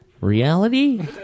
Reality